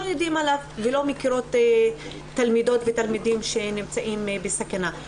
יודעים עליו ולא מכירים תלמידות ותלמידים שנמצאים בסכנה.